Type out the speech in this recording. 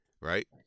right